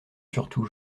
surtout